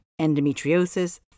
endometriosis